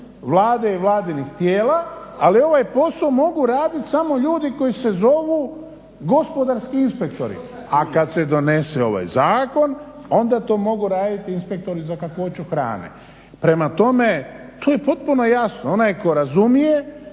Vlade i vladinih tijela ali ovaj posao mogu raditi samo ljudi koji se zovu gospodarski inspektori. A kad se donese ovaj zakon onda to mogu raditi inspektori za kakvoću hrane. Prema tome, to je potpuno jasno. Onaj tko razumije,